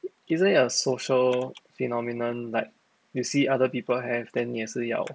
isn't it a social phenomenon like you see other people have then 你也是要